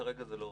כרגע זה לא